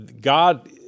God